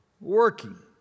working